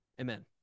Amen